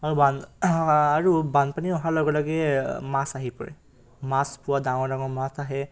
আৰু বান আৰু বানপানী অহাৰ লগে লগে মাছ আহি পৰে মাছ পুৰা ডাঙৰ ডাঙৰ মাছ আহে